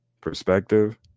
perspective